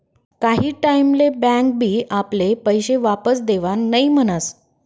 काही टाईम ले बँक बी आपले पैशे वापस देवान नई म्हनस